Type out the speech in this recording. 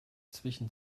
zwischen